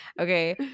okay